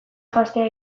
janztea